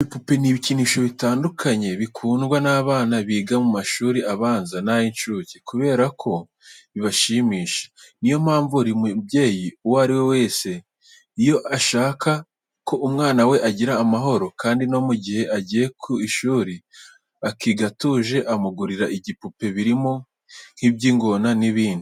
Ibipupe n'ibikinisho bitandukanye bikundwa n'abana biga mu mashuri abanza n'ay'incuke kubera ko bibashimisha. Ni yo mpamvu buri mubyeyi uwo ari we wese iyo ashaka ko umwana we agira amahoro kandi no mu gihe agiye ku ishuri akiga atuje, amugurira ibipupe birimo nk'iby'ingona n'ibindi.